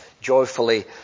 joyfully